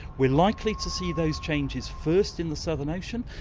we're likely to see those changes first in the southern ocean,